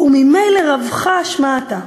"וממילא רווחא שמעתא".